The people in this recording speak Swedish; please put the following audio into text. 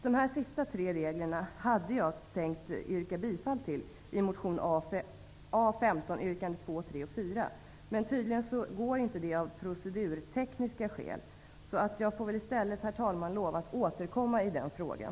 Angående dessa tre regler hade jag tänkt yrka bifall till motion A15 yrkande 2, 3 och 4. Men tydligen går detta inte av procedurtekniska skäl. Jag får väl i stället lova att återkomma i frågan.